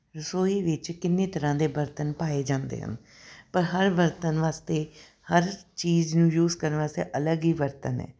ਰਸੋਈ ਵਿੱਚ ਕਿੰਨੇ ਤਰ੍ਹਾਂ ਦੇ ਬਰਤਨ ਪਾਏ ਜਾਂਦੇ ਆ ਪਰ ਹਰ ਬਰਤਨ ਵਾਸਤੇ ਹਰ ਚੀਜ਼ ਨੂੰ ਯੂਸ ਕਰਨ ਵਾਸਤੇ ਅਲੱਗ ਹੀ ਬਰਤਨ ਹੈ